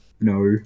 No